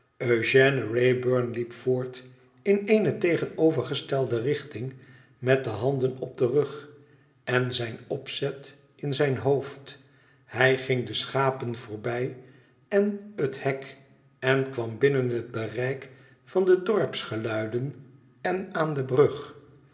eugène wraybum liep voort in eene tegenovergestelde richting met de handen op den rug en zijn opzet in zijn hoofd hij ging de schapen voorbij en het hek en kwam binnen het bereik van de dorpsgeluiden en aan de brug